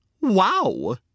Wow